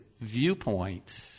viewpoint